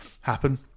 happen